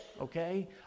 okay